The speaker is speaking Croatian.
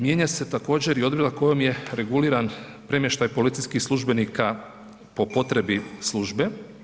Mijenja se također i odredba kojom je reguliran premještaj policijskih službenika po potrebi službe.